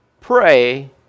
pray